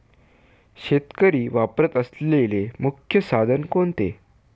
शेतकरी वापरत असलेले मुख्य साधन कोणते?